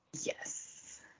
Yes